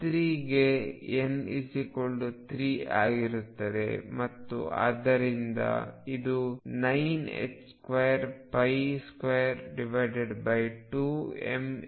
E3 ಗೆ n 3 ಆಗಿರುತ್ತದೆ ಮತ್ತು ಆದ್ದರಿಂದ ಇದು9222mL2 ಆಗಿದೆ